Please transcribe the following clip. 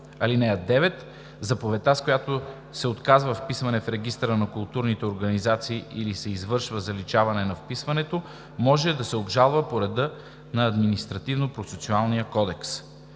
(9) Заповедта, с която се отказва вписване в регистъра на културните организации или се извършва заличаване на вписването, може да се обжалва по реда на Административнопроцесуалния кодекс.